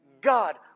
God